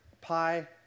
pi